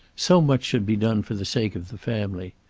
so much should be done for the sake of the family.